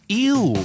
ew